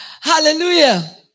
Hallelujah